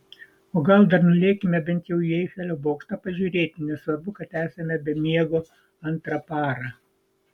o gal dar nulėkime bent jau į eifelio bokštą pažiūrėti nesvarbu kad esame be miego antrą parą